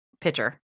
pitcher